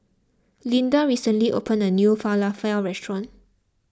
Lynda recently opened a new Falafel restaurant